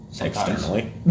Externally